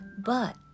but